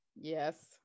Yes